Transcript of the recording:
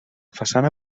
façana